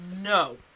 No